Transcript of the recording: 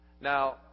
Now